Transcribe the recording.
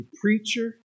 preacher